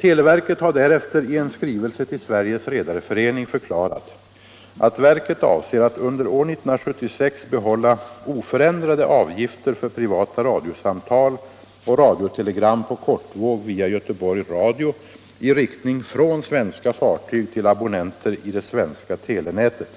Televerket har därefter i en skrivelse till Sveriges redareförening förklarat att verket avser att under år 1976 behålla oförändrade avgifter för privata radiosamtal och radiotelegram på kortvåg via Göteborg Radio i riktning från svenska fartyg till abonnenter i det svenska telenätet.